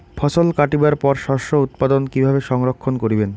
ফছল কাটিবার পর শস্য উৎপাদন কিভাবে সংরক্ষণ করিবেন?